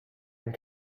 and